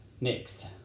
Next